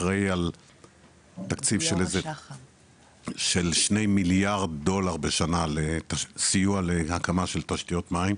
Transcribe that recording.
אחראי על תקציב של 2 מיליארד דולר בשנה לסיוע להקמה של תשתיות מים,